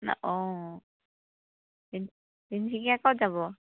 অ তিন তিনিচুকীয়াৰ ক'ত যাব